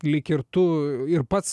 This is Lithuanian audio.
lyg ir tu ir pats